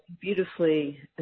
beautifully